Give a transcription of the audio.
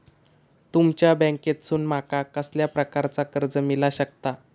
तुमच्या बँकेसून माका कसल्या प्रकारचा कर्ज मिला शकता?